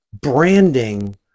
branding